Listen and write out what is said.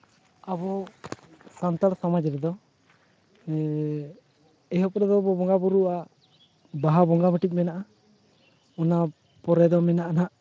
ᱟᱵᱚ ᱥᱟᱱᱛᱟᱲ ᱥᱚᱢᱟᱡᱽ ᱨᱮᱫᱚ ᱮᱦᱚᱵᱽ ᱨᱮᱠᱚ ᱵᱚᱸᱜᱟᱼᱵᱩᱨᱩᱜᱼᱟ ᱵᱟᱦᱟ ᱵᱚᱸᱜᱟ ᱢᱤᱫᱴᱤᱡ ᱢᱮᱱᱟᱜᱼᱟ ᱚᱱᱟ ᱯᱚᱨᱮ ᱫᱚ ᱢᱮᱱᱟᱜᱼᱟ ᱱᱟᱜ